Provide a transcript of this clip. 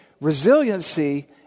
resiliency